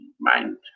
mind